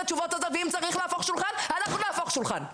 התשובות ואם צריך להפוך שולחן אנחנו נהפוך שולחן.